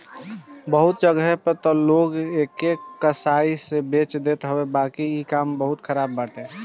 बहुते जगही पे तअ लोग एके कसाई से बेच देत हवे बाकी इ काम बहुते खराब बाटे